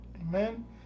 amen